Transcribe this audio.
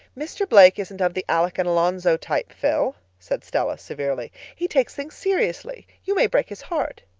mr. blake isn't of the alec-and-alonzo type, phil, said stella severely. he takes things seriously. you may break his heart.